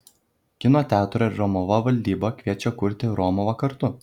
kino teatro romuva valdyba kviečia kurti romuvą kartu